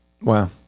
Wow